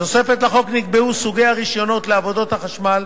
בתוספת לחוק נקבעו סוגי הרשיונות לעבודות חשמל,